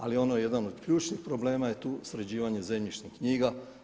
Ali ono je jedan od ključnih problema je tu sređivanje zemljišnih knjiga.